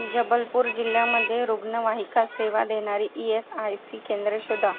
जबलपूर जिल्ह्यामध्ये रुग्णवाहिका सेवा देणारी ई एस आय सी केंद्रे शोधा